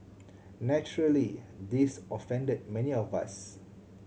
naturally this offended many of us